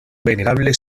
venerable